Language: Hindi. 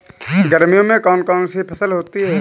गर्मियों में कौन कौन सी फसल होती है?